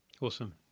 Awesome